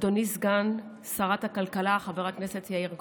אדוני סגן שרת הכלכלה חבר הכנסת יאיר גולן,